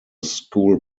school